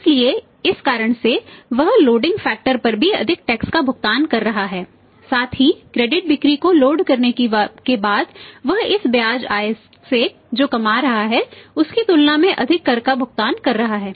इसलिए इस कारण से वह लोडिंग फैक्टर के बारे में बात कर रहे हैं